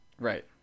Right